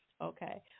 Okay